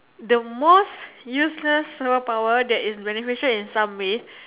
the most useless superpower that is beneficial in some way